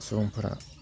सुबुंफोरा